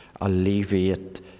alleviate